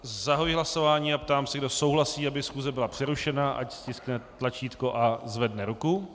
Zahajuji hlasování a ptám se, kdo souhlasí, aby schůze byla přerušena, ať stiskne tlačítko a zvedne ruku.